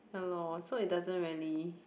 ya lor so it doesn't really